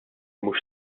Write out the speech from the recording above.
mhux